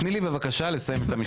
תני לי בבקשה לסיים את המשפט.